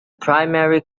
primary